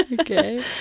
Okay